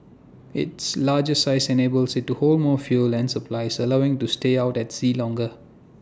its larger size enables IT to hold more fuel and supplies allowing to stay out at sea longer